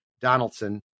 Donaldson